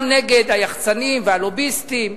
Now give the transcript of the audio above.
גם נגד היחצנים והלוביסטים,